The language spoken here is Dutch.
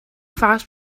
vaas